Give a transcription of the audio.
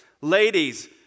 Ladies